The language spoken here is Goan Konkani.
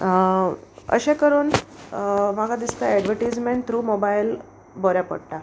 अशें करून म्हाका दिसता एडवटीजमेंट थ्रू मोबायल बऱ्या पडटा